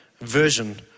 version